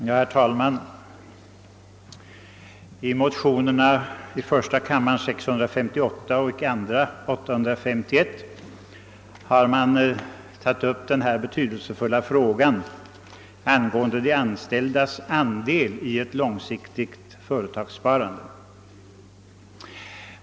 Herr talman! I motionerna 1: 658 och II: 851 har man tagit upp den betydelsefulla frågan om de anställdas andel i ett långsiktigt företagssparande.